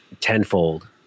tenfold